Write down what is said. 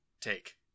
take